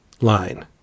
line